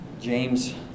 James